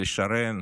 לשרן,